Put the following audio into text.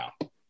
now